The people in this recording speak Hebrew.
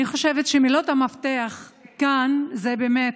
אני חושבת שמילות המפתח כאן הן באמת: